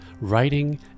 writing